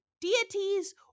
deities